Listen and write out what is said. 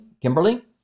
Kimberly